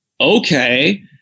okay